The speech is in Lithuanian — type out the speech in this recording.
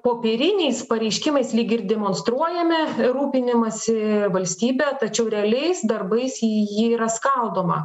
popieriniais pareiškimais lyg ir demonstruojame rūpinimąsi valstybe tačiau realiais darbais ji yra skaldoma